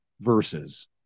verses